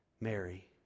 Mary